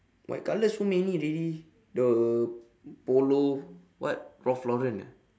white colour so many already the polo what ralph lauren ah